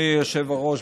אדוני היושב-ראש,